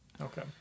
okay